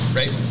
right